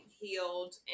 healed